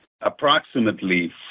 approximately